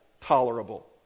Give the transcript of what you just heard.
tolerable